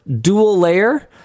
dual-layer